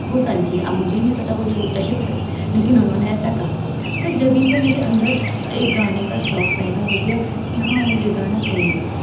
وہ ساری چیزیں اب مجھے نہیں پتا وہ جھوٹ تھا یا سچ لیکن انہوں نے ایسا کہا تو جبھی سے میرے اندر ایک گانے کا شوق پیدا ہو گیا کی ہاں مجھے گانا چاہیے